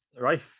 Right